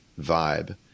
vibe